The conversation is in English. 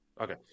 Okay